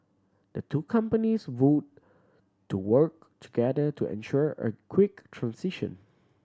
the two companies vowed to work together to ensure a quick transition